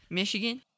Michigan